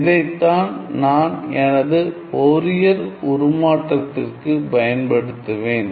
இதைத்தான் நான் எனது ஃபோரியர் உருமாற்றத்திற்கு பயன்படுத்துவேன்